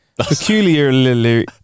Peculiarly